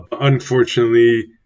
Unfortunately